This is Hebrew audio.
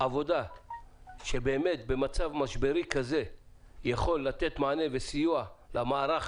עבודה שבמצב משברי כזה יכול לתת מענה וסיוע למערך